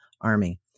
Army